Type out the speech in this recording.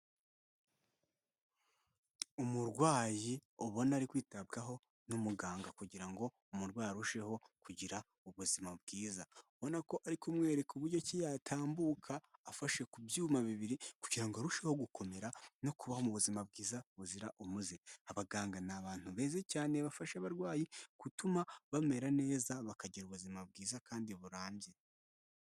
Umurwayi ubona ari kwitabwaho n'umuganga kugira ngo umurwayi arusheho kugira ubuzima bwiza, ubona ko ari kumwereka uburyo ki yatambuka, afashe ku byuma bibiri kugira ngo arusheho gukomera no kubaho mu buzima bwiza buzira umuze, abaganga ni abantu beza cyane, bafasha abarwayi gutuma bamera neza bakagira ubuzima bwiza kandi burambye.